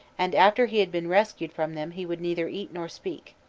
and after he had been rescued from them he would neither eat nor speak.